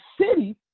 city